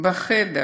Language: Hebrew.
בחדר